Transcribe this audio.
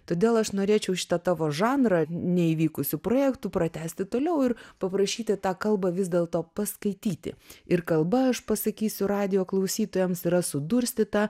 todėl aš norėčiau šitą tavo žanrą neįvykusių projektų pratęsti toliau ir paprašyti tą kalbą vis dėlto paskaityti ir kalba aš pasakysiu radijo klausytojams yra sudurstyta